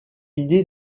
idée